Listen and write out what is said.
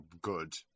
good